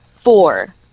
Four